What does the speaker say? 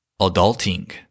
Adulting